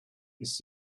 ist